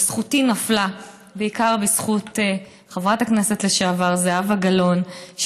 ובידי היא נפלה בעיקר בזכות חברת הכנסת לשעבר זהבה גלאון,